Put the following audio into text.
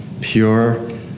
pure